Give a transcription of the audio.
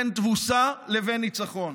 בין תבוסה לבין ניצחון.